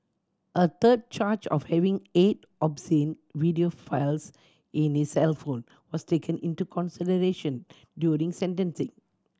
a third charge of having eight obscene video files in his cellphone was taken into consideration during sentencing